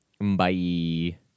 bye